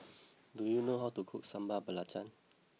do you know how to cook Sambal Belacan